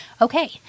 Okay